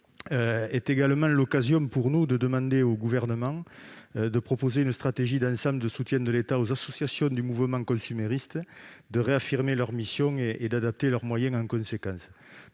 également l'occasion de demander au Gouvernement de proposer une stratégie d'ensemble de soutien de l'État aux associations du mouvement consumériste, de réaffirmer leurs missions et d'adapter leurs moyens en conséquence.